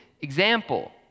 example